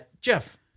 Jeff